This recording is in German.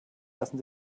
lassen